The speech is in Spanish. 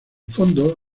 fondo